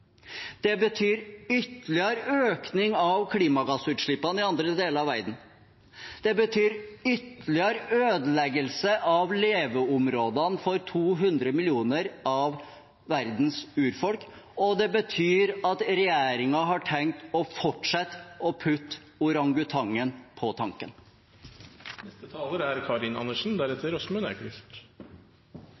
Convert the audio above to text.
Det betyr ytterligere økning av klimagassutslippene i andre deler av verden. Det betyr ytterligere ødeleggelse av leveområdene for 200 millioner av verdens urfolk. Og det betyr at regjeringen har tenkt å fortsette å putte orangutangen på tanken. Det er